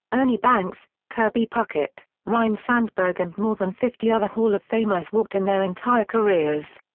ernie banks, kirby puckett, ryne sandberg and more than fifty other hall of famers walked in their entire careers.